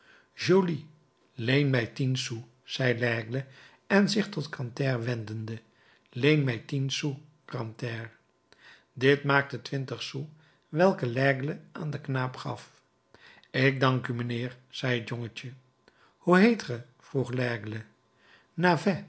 leen mij tien sous zei laigle en zich tot grantaire wendende leen mij tien sous grantaire dit maakte twintig sous welke laigle aan den knaap gaf ik dank u mijnheer zei het jongetje hoe heet ge vroeg